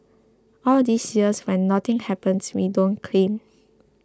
all these years when nothing happens we don't claim